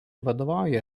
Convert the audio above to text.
vadovauja